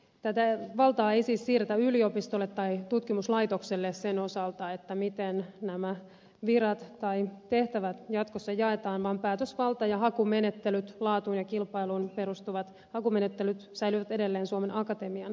tätä valtaa ei siis siirretä yliopistolle tai tutkimuslaitokselle sen osalta miten nämä virat tai tehtävät jatkossa jaetaan vaan päätösvalta ja laatuun ja kilpailuun perustuvat hakumenettelyt säilyvät edelleen suomen akatemian käsissä